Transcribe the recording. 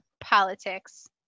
politics